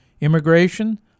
Immigration